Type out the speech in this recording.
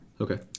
Okay